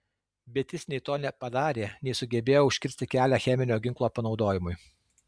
bet jis nei to nepadarė nei sugebėjo užkirsti kelią cheminio ginklo panaudojimui